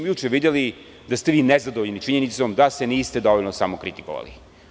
Juče smo videli da ste nezadovoljni činjenicom da se niste dovoljno samokritikovali.